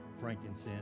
frankincense